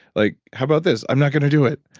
like, how bout this, i'm not gonna do it.